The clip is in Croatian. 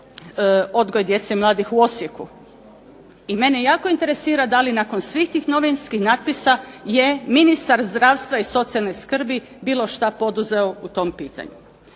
odgoj djece i mladih u Osijeku. I mene jako interesira da li nakon svih tih novinskih napisa je ministar zdravstva i socijalne skrbi bilo što poduzeo u tom pitanju?